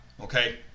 okay